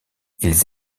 ils